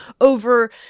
over